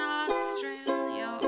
australia